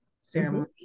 ceremony